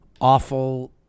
awful